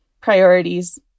priorities